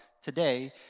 today